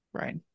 Right